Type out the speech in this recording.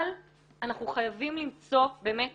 אבל אנחנו חייבים למצוא באמת